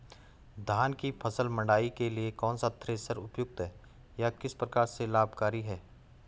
धान की फसल मड़ाई के लिए कौन सा थ्रेशर उपयुक्त है यह किस प्रकार से लाभकारी है?